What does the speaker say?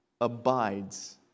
abides